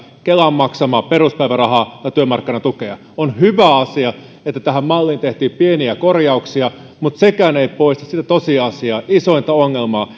kelan maksamaa peruspäivärahaa ja työmarkkinatukea on hyvä asia että tähän malliin tehtiin pieniä korjauksia mutta sekään ei poista sitä tosiasiaa isointa ongelmaa